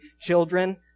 Children